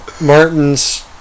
Martin's